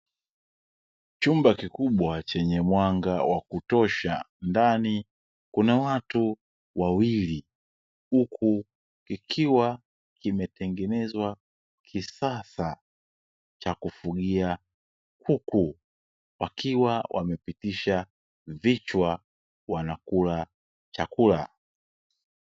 Chumba kikubwa chenye mwanga wa kutosha ndani kuna watu wawili, huku ikiwa kimetengenezwa kisasa cha kufugia kuku wakiwa wamepitisha vichwa wanakula chakula.